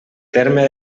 terme